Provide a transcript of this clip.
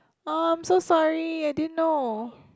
um so sorry I didn't know